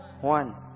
One